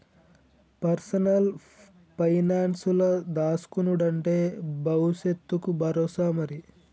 personal పైనాన్సుల దాస్కునుడంటే బవుసెత్తకు బరోసా మరి